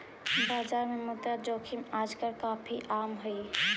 बाजार में मुद्रा जोखिम आजकल काफी आम हई